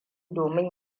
domin